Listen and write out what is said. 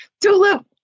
Tulip